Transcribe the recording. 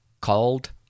called